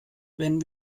wenn